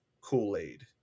Kool-Aid